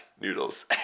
noodles